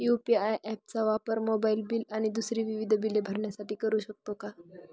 UPI app चा वापर mobile bill आणि दुसरी विविध बिले भरण्यासाठी करू शकतो का?